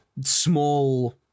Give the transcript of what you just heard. small